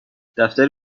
دفتر